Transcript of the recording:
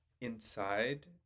inside